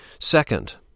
Second